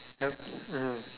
yup mmhmm